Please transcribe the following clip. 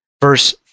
verse